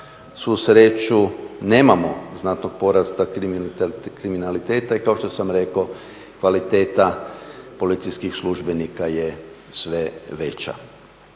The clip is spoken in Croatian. svu sreću nemamo znatnog porasta kriminaliteta i kao što sam rekao kvaliteta policijskih službenika je sve veća.